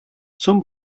zum